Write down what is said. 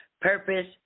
Purpose